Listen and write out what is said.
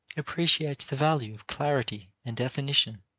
appreciates the value of clarity and definition.